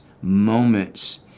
moments